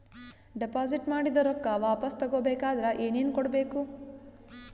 Deposit ಮಾಡಿದ ರೊಕ್ಕ ವಾಪಸ್ ತಗೊಬೇಕಾದ್ರ ಏನೇನು ಕೊಡಬೇಕು?